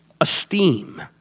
esteem